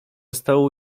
stołu